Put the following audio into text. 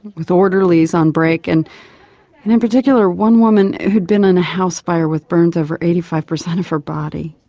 with orderlies on break and and in particular one woman who had been in a house fire with burns over eighty five percent of her body.